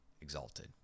exalted